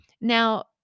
Now